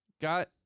got